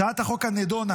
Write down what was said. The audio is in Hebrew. הצעת החוק הנדונה